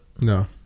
No